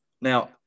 Now